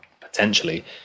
potentially